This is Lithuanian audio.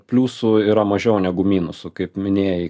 pliusų yra mažiau negu minusų kaip minėjai